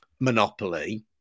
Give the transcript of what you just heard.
monopoly